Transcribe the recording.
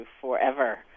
forever